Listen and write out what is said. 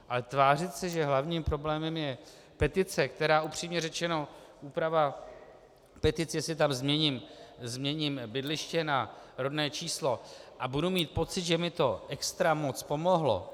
Ale tvářit se, že hlavním problémem je petice, která, upřímně řečeno, úprava petic, jestli tam změním bydliště na rodné číslo a budu mít pocit, že mi to extra moc pomohlo?